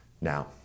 Now